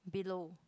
below